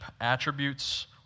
attributes